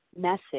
message